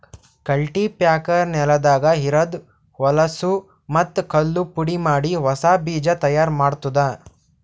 cultipacker ನೆಲದಾಗ ಇರದ್ ಹೊಲಸೂ ಮತ್ತ್ ಕಲ್ಲು ಪುಡಿಮಾಡಿ ಹೊಸಾ ಬೀಜ ತೈಯಾರ್ ಮಾಡ್ತುದ